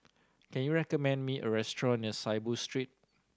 can you recommend me a restaurant near Saiboo Street